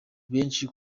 benshi